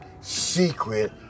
secret